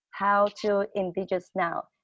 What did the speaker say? HowToIndigenousNow